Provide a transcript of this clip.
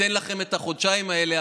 ניתן לכם את החודשיים האלה,